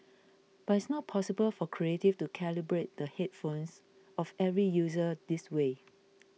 but it's not possible for Creative to calibrate the headphones of every user this way